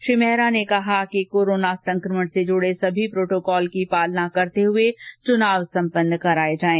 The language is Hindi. श्री मेहरा ने कहा कि कोरोना संक्रमण से जुडे सभी प्रोटोकॉल की पालना करते हुए चुनाव सम्पन्न कराए जाएें